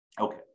okay